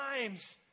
times